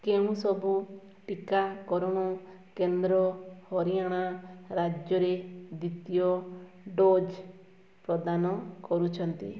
କେଉଁ ସବୁ ଟିକାକରଣ କେନ୍ଦ୍ର ହରିୟାଣା ରାଜ୍ୟରେ ଦ୍ୱିତୀୟ ଡୋଜ୍ ପ୍ରଦାନ କରୁଛନ୍ତି